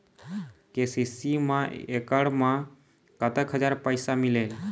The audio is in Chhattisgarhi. के.सी.सी मा एकड़ मा कतक हजार पैसा मिलेल?